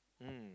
mm